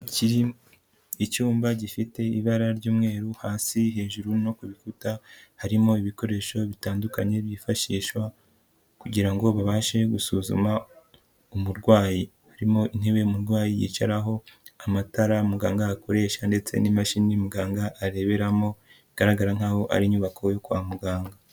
Icyumba gifite ibara ry'umweru hasi hejuru no ku bikuta harimo ibikoresho bitandukanye byifashishwa kugira ngo babashe gusuzuma umurwayi, harimo intebe umurwayi yicaraho, amatara muganga akoresha ndetse n'imashini muganga areberamo bigaragara, nkaho ari inyubako yo kwa muganga.